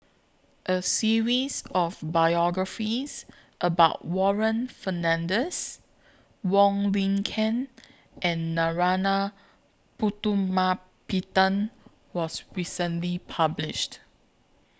A series of biographies about Warren Fernandez Wong Lin Ken and Narana Putumaippittan was recently published